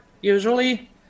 Usually